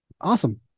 Awesome